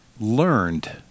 learned